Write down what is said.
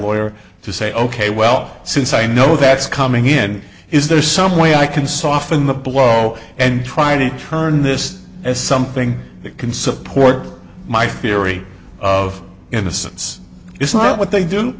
lawyer to say ok well since i know that's coming in is there some way i can soften the blow and try to turn this as something that can support my theory of innocence it's not what they do